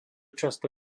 často